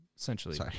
essentially